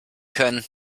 können